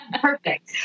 Perfect